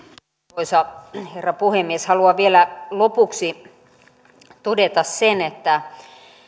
arvoisa herra puhemies haluan vielä lopuksi todeta sen että